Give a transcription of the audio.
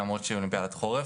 למרות שזו אולימפיאדת חורף.